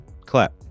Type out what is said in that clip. clap